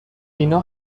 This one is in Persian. اینا